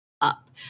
up